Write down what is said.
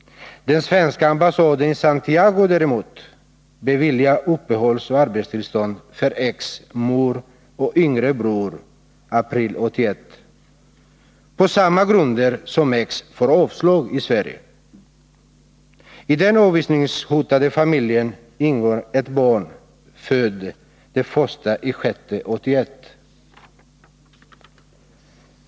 Den svenska ambassaden i Santiago beviljar däremot den 1 april 1981 uppehållsoch arbetstillstånd för X mor och yngre bror på samma grunder som leder till att X får avslag i Sverige. I den avvisningshotade familjen ingår ett barn fött den 1 juni 1981.